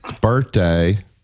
birthday